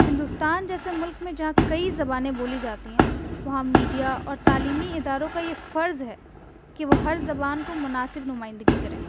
ہندوستان جیسے ملک میں جہاں کئی زبانیں بولی جاتی ہیں وہاں میڈیا اور تعلیمی اداروں کا یہ فرض ہے کہ وہ ہر زبان کو مناسب نمائندگی کریں